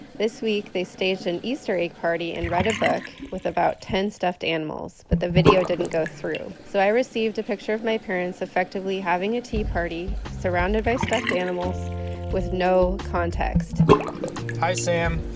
this week, they staged an easter egg party and read a book with about ten stuffed animals, but the video didn't go through. so i received a picture of my parents effectively having a tea party surrounded by stuffed animals with no context hi, sam.